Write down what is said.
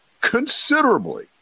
considerably